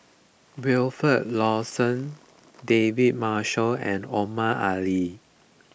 Wilfed Lawson David Marshall and Omar Ali